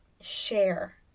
share